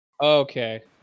Okay